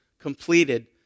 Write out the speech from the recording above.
completed